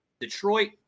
Detroit